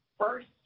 First